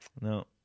No